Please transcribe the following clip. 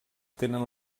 tenen